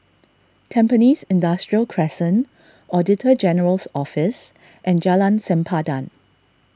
Tampines Industrial Crescent Auditor General's Office and Jalan Sempadan